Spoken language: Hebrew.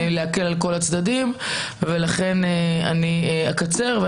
כדי להקל על כל הצדדים.